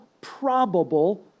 probable